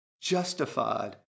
justified